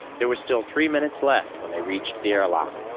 there were still three minutes left when they reached the airlock,